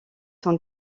sont